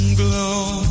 glow